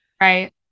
right